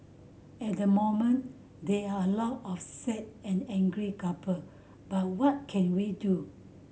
at the moment there are a lot of sad and angry couple but what can we do